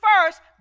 first